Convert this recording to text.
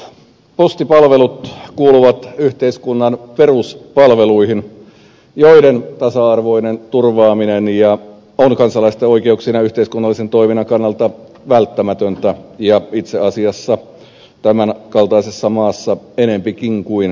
postipalvelut kuuluvat yhteiskunnan peruspalveluihin joiden tasa arvoinen turvaaminen on kansalaisten oikeuksien ja yhteiskunnallisen toiminnan kannalta välttämätöntä ja itse asiassa tämän kaltaisessa maassa enempikin kuin välttämätöntä